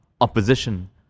opposition